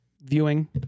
viewing